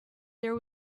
there